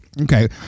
Okay